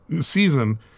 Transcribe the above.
season—